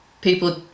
people